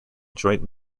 joint